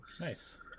Nice